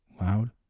loud